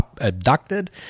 abducted